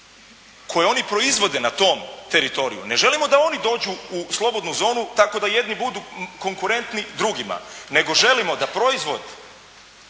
koje oni proizvode na tom teritoriju, ne želimo da oni dođu u slobodnu zonu tako da jedni budu konkurentni drugima nego želimo da proizvod